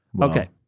okay